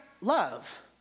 love